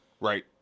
Right